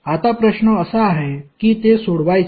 आता प्रश्न असा आहे की ते कसे सोडवायचे